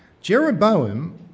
Jeroboam